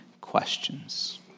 questions